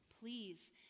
Please